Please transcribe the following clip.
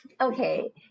Okay